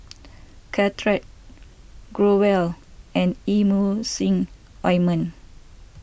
Caltrate Growell and Emulsying Ointment